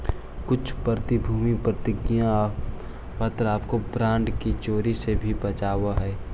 कुछ प्रतिभूति प्रतिज्ञा पत्र आपको बॉन्ड की चोरी से भी बचावअ हवअ